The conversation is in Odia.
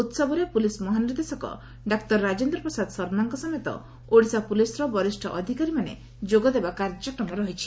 ଉହବରେ ପୁଲିସ୍ ମହାନିର୍ଦ୍ଦେଶକ ଡାକ୍ତର ରାଜେନ୍ଦ୍ର ପ୍ରସାଦ ଶର୍ମାଙ୍କ ସମେତ ଓଡ଼ିଶା ପୁଲିସ୍ର ବରିଷ ଅଧିକାରୀମାନେ ଯୋଗଦେବା କାର୍ଯ୍ୟକ୍ରମ ରହିଛି